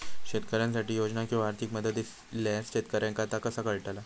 शेतकऱ्यांसाठी योजना किंवा आर्थिक मदत इल्यास शेतकऱ्यांका ता कसा कळतला?